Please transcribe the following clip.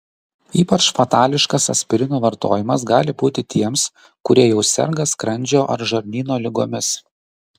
ypač fatališkas aspirino vartojimas gali būti tiems kurie jau serga skrandžio ar žarnyno ligomis